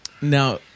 Now